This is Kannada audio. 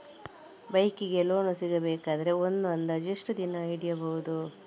ಬೈಕ್ ಗೆ ಲೋನ್ ಸಿಗಬೇಕಾದರೆ ಒಂದು ಅಂದಾಜು ಎಷ್ಟು ದಿನ ಹಿಡಿಯಬಹುದು?